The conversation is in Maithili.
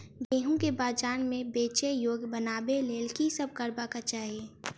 गेंहूँ केँ बजार मे बेचै योग्य बनाबय लेल की सब करबाक चाहि?